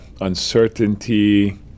uncertainty